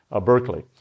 Berkeley